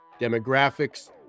demographics